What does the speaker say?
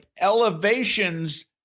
elevations